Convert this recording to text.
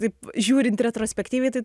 taip žiūrint retrospektyviai tai